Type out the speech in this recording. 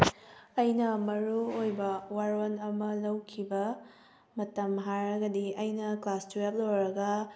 ꯑꯩꯅ ꯃꯔꯨꯑꯣꯏꯕ ꯋꯥꯔꯣꯜ ꯑꯃ ꯂꯧꯈꯤꯕ ꯃꯇꯝ ꯍꯥꯏꯔꯒꯗꯤ ꯑꯩꯅ ꯀ꯭ꯂꯥꯁ ꯇꯨꯋꯦꯜꯞ ꯂꯣꯏꯔꯒ